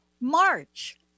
March